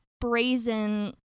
brazen